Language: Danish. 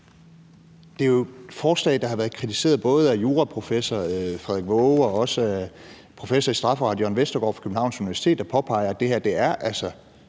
Det er jo et forslag, der har været kritiseret både af juraprofessor Frederik Waage og professor i strafferet Jørn Vestergaard fra Københavns Universitet, der påpeger, at det her altså